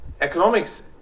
economics